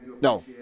no